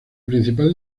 principal